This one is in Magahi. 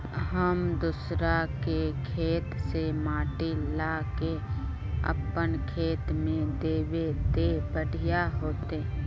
हम दूसरा के खेत से माटी ला के अपन खेत में दबे ते बढ़िया होते?